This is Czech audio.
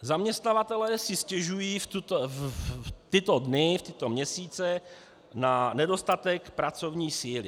Zaměstnavatelé si stěžují v tyto dny, v tyto měsíce na nedostatek pracovní síly.